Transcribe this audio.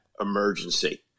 emergency